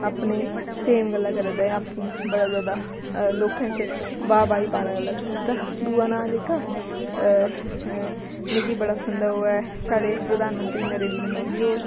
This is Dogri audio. अपने फेम गल्ला करा दा ऐ आपूं बड़ा ज्यादा लोकें च बाह् बाही पाने गल्ला करा दा दूआ नांऽ जेह्का मिगी बड़ी पंसद ऐ ओह् ऐ साढ़े प्रधान मंत्री नरेंद्र मोदी होर